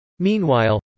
Meanwhile